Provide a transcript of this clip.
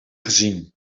gezien